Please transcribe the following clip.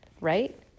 right